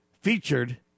featured